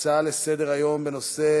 הצעה לסדר-היום מס'